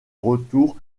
retour